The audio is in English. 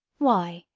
why,